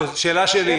לגבי